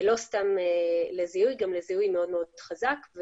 לא סתם לזיהוי אלא לזיהוי מאוד מאוד חזק.